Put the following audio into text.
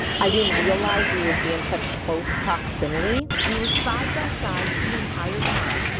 i didn't realize we would be in such close proximity. we were side by side the entire time.